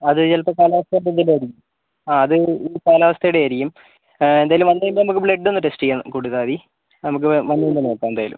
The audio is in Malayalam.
അത് ചിലപ്പോൾ കാലാവസ്ഥേൻറ്റെ എന്തേലും ആയിരിക്കും ആ അത് ഈ കാലാവസ്ഥയുടെ ആയിരിക്കും എന്തായാലും വന്ന് കഴിഞ്ഞാൽ നമുക്ക് ബ്ലഡ് ഒന്ന് ടെസ്റ്റ് ചെയ്യാൻ കൊടുത്താൽ മതി നമുക്ക് വന്ന് കഴിഞ്ഞാൽ നോക്കാം എന്തായാലും